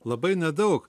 labai nedaug